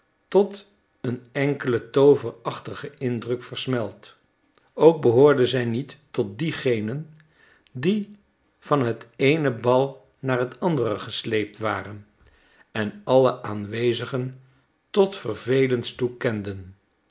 tot een enkelen tooverachtigen indruk versmelt ook behoorde zij niet tot diegenen die van het eene bal naar het andere gesleept waren en alle aanwezigen tot vervelens toe kenden